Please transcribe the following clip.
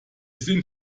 sind